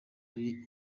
ari